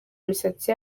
imisatsi